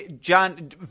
John